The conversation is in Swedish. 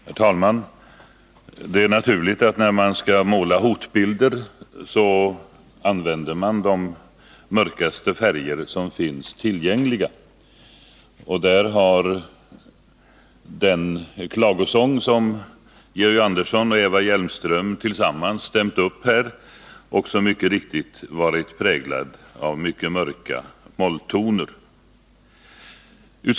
Herr talman! Det är naturligt att man, när man skall måla hotbilder, använder de svartaste färger som finns tillgängliga. Den klagosång som Georg Andersson och Eva Hjelmström tillsammans har stämt upp har följaktligen präglats av mycket mörka molltoner.